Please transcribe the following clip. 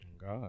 God